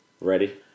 ready